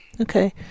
Okay